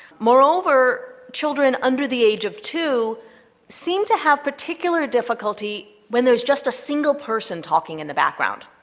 moreover, children under the age of two seem to have particular difficulty when there is just a single person talking in the background.